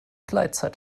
gleitzeit